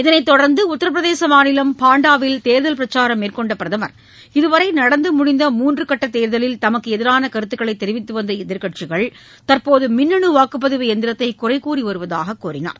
இதனைத் தொடர்ந்து உத்திரபிரதேச மாநிலம் பாண்டாவில் தேர்தல் பிரச்சாரம் மேற்கொண்ட பிரதமா் இதுவரை நடந்து முடிந்த மூன்று கட்ட தேர்தலில் தமக்கு எதிரான கருத்துக்களை தெரிவித்து வந்த எதிர்க்கட்சிகள் தற்போது மின்னனு வாக்குப்பதிவு எந்திரத்தை குறை கூறி வருவதாகக் கூறினார்